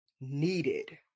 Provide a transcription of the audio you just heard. needed